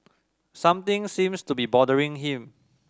something seems to be bothering him